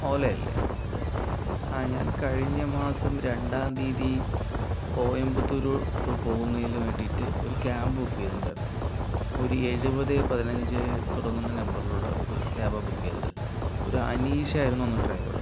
ഓലെ അല്ലേ ആ ഞാൻ കഴിഞ്ഞ മാസം രണ്ടാം തീയതി കോയമ്പത്തൂരിലോട്ട് പോകുന്നതിനു വേണ്ടിയിട്ട് ഒരു ക്യാബ് ബുക്ക് ചെയ്തിട്ടുണ്ടായിരുന്നു ഒരു എഴുപത് പതിനഞ്ച് തുടങ്ങുന്ന നമ്പറിലുള്ള ഒരു ക്യാബാണ് ബുക്ക് ചെയ്തത് ഒരു അനീഷ് ആയിരുന്നു അന്ന് ഡ്രൈവറ്